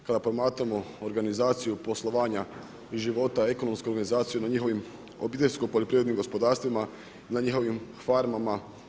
Kada promatramo organizaciju poslovanja i života, ekonomsku organizaciju na njihovim obiteljsko poljoprivrednim gospodarstvima na njihovim farmama.